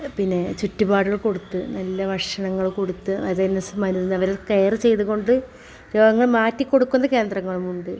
പിന്നെ ചുറ്റുപാടുകൾ കൊടുത്ത് നല്ല ഭക്ഷണങ്ങൾ കൊടുത്ത് അവേർനസ് മരുന്നവരെ കെയർ ചെയ്ത് കൊണ്ട് രോഗങ്ങൾ മാറ്റിക്കൊടുക്കുന്ന കേന്ദ്രങ്ങളുമുണ്ട്